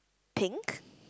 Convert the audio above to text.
pink